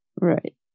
right